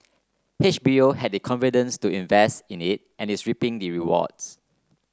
H B O had the confidence to invest in it and is reaping the rewards